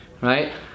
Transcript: right